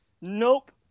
nope